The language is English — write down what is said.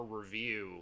review